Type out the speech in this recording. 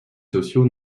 sociaux